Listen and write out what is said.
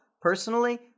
personally